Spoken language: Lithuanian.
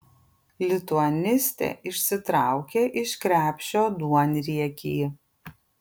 lituanistė išsitraukė iš krepšio duonriekį